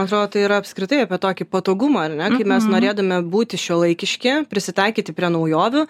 man atrodo tai yra apskritai apie tokį patogumą ar ne kaip mes norėdami būti šiuolaikiški prisitaikyti prie naujovių